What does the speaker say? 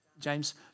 James